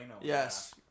Yes